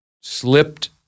slipped